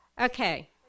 Okay